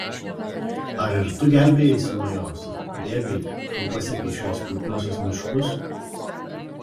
ar ir tu gelbėjaisi nuo jos bėgai kol pasiekei šiuos puikiuosius miškus